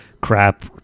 crap